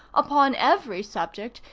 upon every subject,